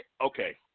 Okay